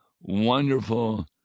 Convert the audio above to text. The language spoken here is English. wonderful